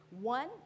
one